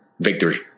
victory